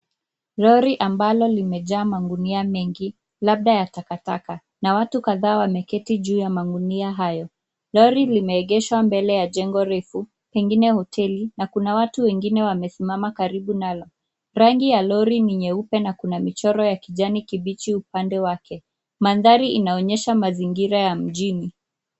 Lori ambalo limejaa magunia mengi, labda ya takataka. Na watu kadhaa wameketi juu ya magunia hayo. Lori limeegeshwa mbele ya jengo refu, pengine hoteli. Na kuna watu wengine wamesimama karibu nayo. Rangi ya lori ni nyeupe na kuna michoro ya kijani kibichi upande wake. Mandhari yanaonyesha mazingira ya mjini.